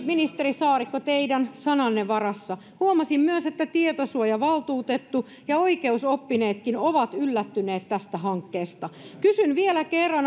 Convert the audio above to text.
ministeri saarikko pelkästään teidän sananne varassa huomasin myös että tietosuojavaltuutettu ja oikeusoppineetkin ovat yllättyneet tästä hankkeesta kysyn vielä kerran